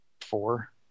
Four